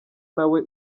nawe